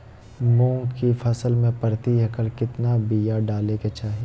मूंग की फसल में प्रति एकड़ कितना बिया डाले के चाही?